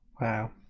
Wow